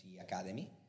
Academy